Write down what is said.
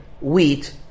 wheat